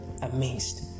amazed